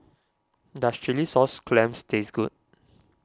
does Chilli Sauce Clams taste good